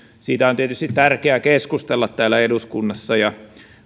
siitä on tietysti tärkeää keskustella täällä eduskunnassa ja